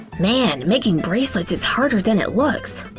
man, making bracelets is harder than it looks!